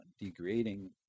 degrading